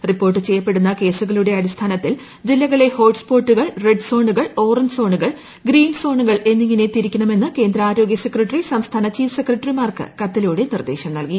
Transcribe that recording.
report ചെയ്യപ്പെടുന്ന കേസുകളുടെ അടിസ്ഥാനത്തിൽ ജില്ലകളെ ഹോട്ട്സ്പോട്ടുകൾ റെഡ്സോണുകൾ ഓറഞ്ച് സോണുകൾ ഗ്രീൻ സോണുകൾ എന്നിങ്ങനെ തിരിക്കണമെന്ന് കേന്ദ്ര ആരോഗ്യ സെക്രട്ടറി സംസ്ഥാന ചീഫ്ട് സെക്രട്ടറിമാർക്ക് കത്തിലൂടെ നിർദ്ദശം നൽകി